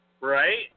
Right